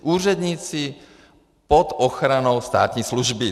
Úředníci pod ochranou státní služby.